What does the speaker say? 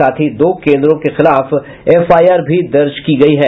साथ ही दो केंद्रों के खिलाफ एफआईआर भी दर्ज किया गया है